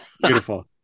beautiful